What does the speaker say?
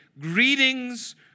Greetings